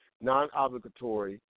non-obligatory